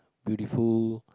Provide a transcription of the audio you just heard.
beautiful